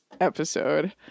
episode